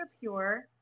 pure